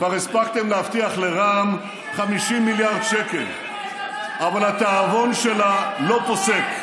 כבר הספקתם להבטיח לרע"מ 50 מיליארד שקל אבל התיאבון שלה לא פוסק.